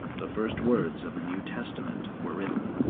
the first words of the new testament were written.